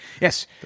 Yes